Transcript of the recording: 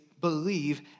believe